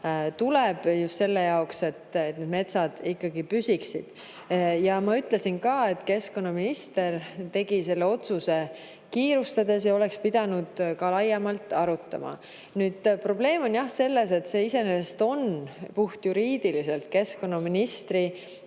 tuleb teha, et meie metsad ikkagi püsiksid. Ma ütlesin ka, et keskkonnaminister tegi selle otsuse kiirustades ja oleks pidanud asja laiemalt arutama. Probleem on aga selles, et see iseenesest on puhtjuriidiliselt keskkonnaministri